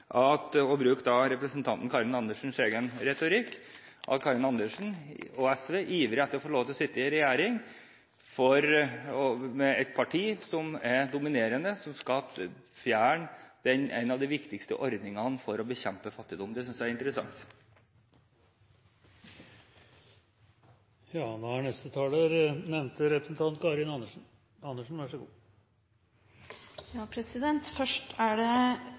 jeg vil bruke Karin Andersens egen retorikk – at Karin Andersen og SV ivrer etter å få lov til å sitte i regjering med et parti som er dominerende, og som vil fjerne en av de viktigste ordningene for å bekjempe fattigdom. Det synes jeg er interessant. Først vil jeg si at det representanten Eriksson sier om overgangsstønaden, er feil. Du får ikke overgangsstønad hvis du ikke er